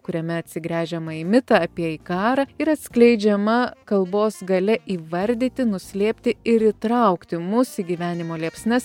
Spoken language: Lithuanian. kuriame atsigręžiama į mitą apie ikarą ir atskleidžiama kalbos galia įvardyti nuslėpti ir įtraukti mus į gyvenimo liepsnas